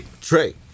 Trey